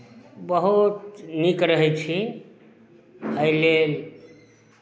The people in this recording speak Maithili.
बहुत नीक रहै छी एहि लेल